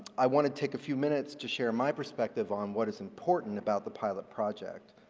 i want to take a few minutes to share my perspective on what is important about the pilot project.